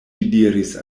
diris